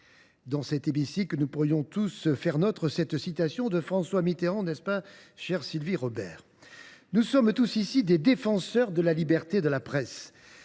Dans cet hémicycle, nous pourrions tous faire nôtre cette citation de François Mitterrand, n’est ce pas, chère Sylvie Robert ? Nous sommes tous, ici, des défenseurs de la liberté de la presse.